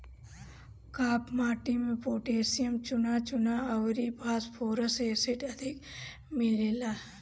काप माटी में पोटैशियम, चुना, चुना अउरी फास्फोरस एसिड अधिक मिलेला